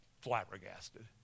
flabbergasted